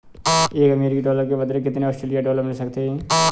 एक अमेरिकी डॉलर के बदले कितने ऑस्ट्रेलियाई डॉलर मिल सकते हैं?